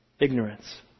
Ignorance